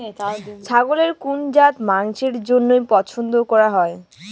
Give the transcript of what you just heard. ছাগলের কুন জাত মাংসের জইন্য পছন্দ করাং হই?